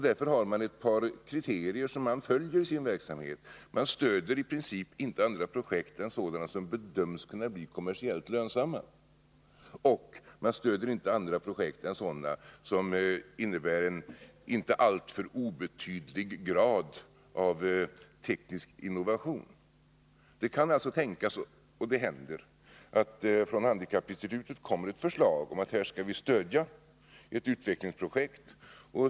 Därför har man där ett par kriterier som man följer i sin verksamhet: man stöder i princip inte andra projekt än sådana som bedöms kunna bli kommersiellt lönsamma, och man stöder inte andra projekt än sådana som innebär en inte alltför obetydlig grad av teknisk innovation. Det kan alltså tänkas — och det händer — att det från handikappinstitutet kommer ett förslag om att stödja ett utvecklingsprojekt.